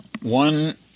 One